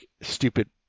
stupid